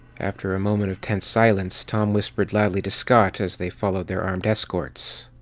after a moment of tense silence, tom whispered loudly to scott as they followed their armed escorts.